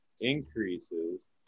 increases